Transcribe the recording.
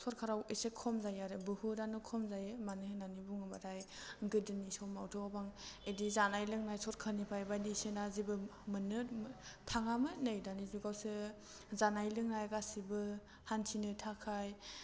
सरकाराव एसे खम जायो आरो बहुदानो खम जायो मानो होन्नानै बुङोबाथाइ गोदोनि समावथ' बां बिदि जानाय लोंनाय सरकारनिफ्राय बायदिसिना जेबो मोन्नो थाङामोन नै दानि जुगावसो जानाय लोंनाय गासिबो हान्थिनो थाखाय